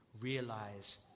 realize